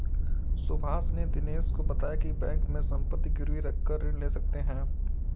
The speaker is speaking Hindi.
सुभाष ने दिनेश को बताया की बैंक में संपत्ति गिरवी रखकर ऋण ले सकते हैं